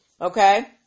Okay